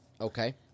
Okay